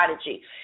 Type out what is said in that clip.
strategy